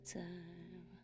time